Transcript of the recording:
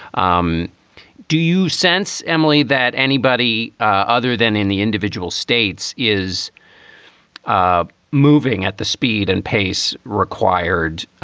um do you sense, emily, that anybody other than in the individual states is ah moving at the speed and pace required